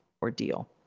Ordeal